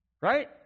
Right